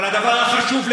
אבל הדבר החשוב,